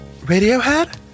Radiohead